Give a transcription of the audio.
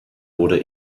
wurde